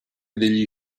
degli